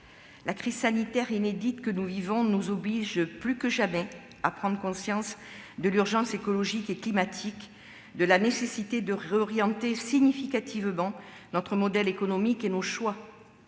la crise sanitaire inédite que nous vivons nous oblige plus que jamais à prendre conscience de l'urgence écologique et climatique, de la nécessité de réorienter significativement notre modèle économique et nos choix.